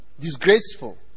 Disgraceful